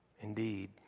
Indeed